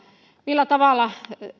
millä tavalla